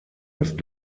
ist